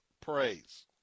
Praise